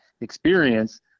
experience